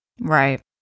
Right